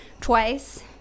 twice